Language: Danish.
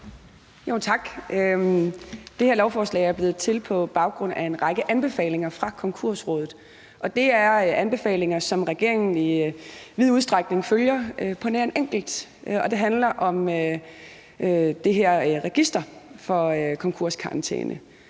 Tak. Det her lovforslag er blevet til på baggrund af en række anbefalinger fra Konkursrådet, og det er anbefalinger, som regeringen i vid udstrækning følger, på nær en enkelt, og det handler om det her register for konkurskarantæne.